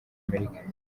amerika